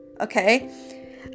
okay